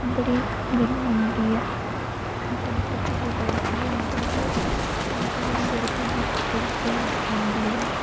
बड़ी गर्मी होंदी ऐ टैम्परेचर बी बड़ा हाई होंदा ते तां करियै गर्मी च बी पक्खे दी जरूरत पौंदी ऐ